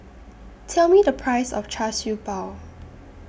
Tell Me The Price of Char Siew Bao